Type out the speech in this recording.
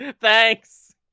Thanks